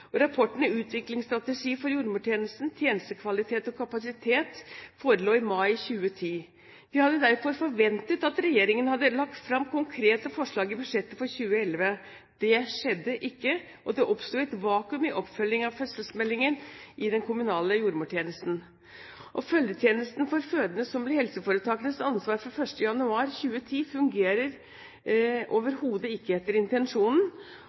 jordmortjenesten. Rapporten «Utviklingsstrategi for jordmortjenesten. Tjenestekvalitet og kapasitet» forelå i mai 2010. Vi hadde derfor forventet at regjeringen hadde lagt fram konkrete forslag i budsjettet for 2011. Det skjedde ikke, og det oppsto et vakuum i oppfølgingen av fødselsmeldingen i den kommunale jordmortjenesten. Følgetjenesten for fødende, som ble helseforetakenes ansvar fra 1. januar 2010, fungerer overhodet ikke etter intensjonen,